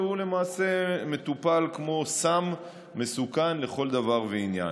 והוא למעשה מטופל כמו סם מסוכן לכל דבר ועניין.